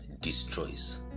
destroys